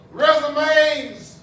resumes